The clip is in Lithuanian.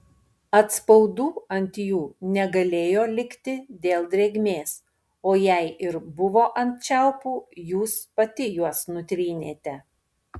atspaudų ant jų negalėjo likti dėl drėgmės o jei ir buvo ant čiaupų jūs pati juos nutrynėte